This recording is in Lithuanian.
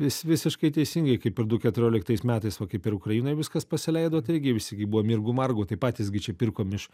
vis visiškai teisingai kaip ir du keturioliktais metais va kaip ir ukrainoj viskas pasileido taigi visi buvo mirgu margu tai patys gi čia pirkom iš